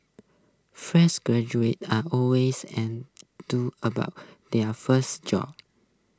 fresh graduates are always about their first job